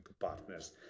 partners